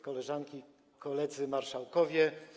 Koleżanki, Koledzy Marszałkowie!